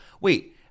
Wait